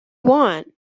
want